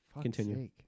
continue